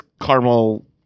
caramel